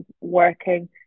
working